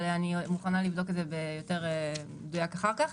אבל אני מוכנה לבדוק את זה אחר כך.